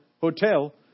hotel